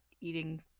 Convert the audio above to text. eating